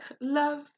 love